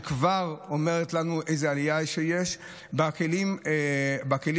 שכבר אומרת לנו איזה עלייה יש בכלים האלה,